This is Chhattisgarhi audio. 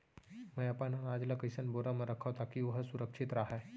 मैं अपन अनाज ला कइसन बोरा म रखव ताकी ओहा सुरक्षित राहय?